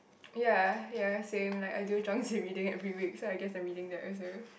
ya ya same like I do drums every day every week so I guess I am reading the answer